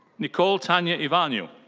nicole tanya ivaniv.